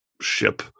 ship